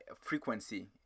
frequency